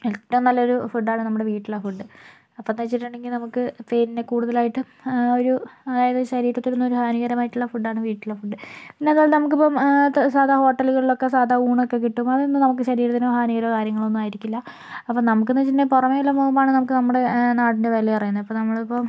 ഏറ്റവും നല്ലൊരു ഫുഡാണ് നമ്മുടെ വീട്ടിലെ ഫുഡ് അപ്പോന്നു വെച്ചിട്ടുണ്ടെങ്കിൽ നമുക്ക് പിന്നെ കൂടുതലായിട്ടും ആ ഒരു അതായത് ശരീരത്തിനൊന്നും ഒരു ഹാനീകരമായിട്ടുള്ള ഫുഡാണ് വീട്ടിലെ ഫുഡ് പിന്നെ അതുപോലെ തന്നെ നമുക്കിപ്പം സാധാ ഹോട്ടലുകളിലൊക്കെ സാധാ ഊണൊക്കെ കിട്ടും അതൊന്നും നമുക്ക് ശരീരത്തിന് ഹാനികരമോ കാര്യങ്ങളൊന്നും ആയിരിക്കില്ല അപ്പോൾ നമുക്കെന്ന് വെച്ചിട്ടുണ്ടെങ്കിൽ പുറമേയെല്ലാം പോകുമ്പോൾ ആണ് നമുക്ക് നമ്മുടെ നാടിൻ്റെ വില അറിയുന്നത് ഇപ്പോൾ നമ്മളിപ്പോൾ